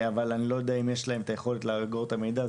אני לא יודע אם יש להם את היכולת לאגור את המידע.